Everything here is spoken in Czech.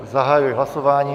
Zahajuji hlasování.